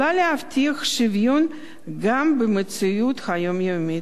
יכולה להבטיח שוויון גם במציאות היומיומית.